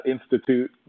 institute